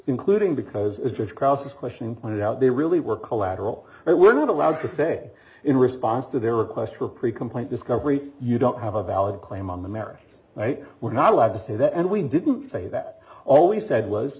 including because it just crosses question pointed out they really were collateral that we're not allowed to say in response to their request for a pre complaint discovery you don't have a valid claim on the merits we're not allowed to say that and we didn't say that always said was